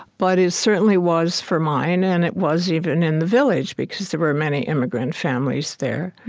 but it certainly was for mine. and it was even in the village because there were many immigrant families there.